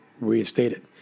reinstated